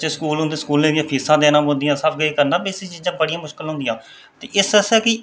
बच्चे स्कूल होंदे उं'दे स्कूलें दियां फीसां देनां पौंदियां सब किश करना एह् सब चीजां बड़ियां मुश्कल होंदियां ते इस आस्तै कि